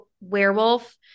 werewolf